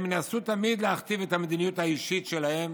הם ינסו תמיד להכתיב את המדיניות האישית שלהם,